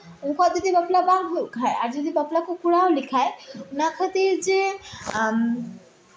ᱩᱱᱠᱩᱣᱟᱜ ᱡᱚᱫᱤ ᱵᱟᱯᱞᱟ ᱵᱟᱝ ᱦᱩᱭᱩᱜ ᱠᱷᱟᱡ ᱟᱨ ᱡᱚᱫᱤ ᱵᱟᱯᱞᱟ ᱠᱚ ᱠᱚᱨᱟᱣ ᱞᱮᱠᱷᱟᱡ ᱚᱱᱟ ᱠᱷᱟᱹᱛᱤᱨ ᱡᱮ